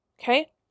Okay